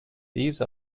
these